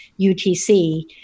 UTC